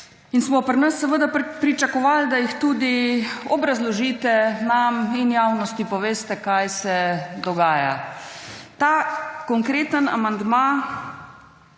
In smo pri nas pričakovali, da jih tudi obrazložite nam in javnosti poveste kaj se dogaja. Ta konkreten amandma